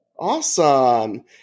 Awesome